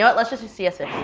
yeah but let's just do c s